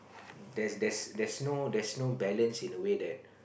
there's there's there's no there's no balance in a way that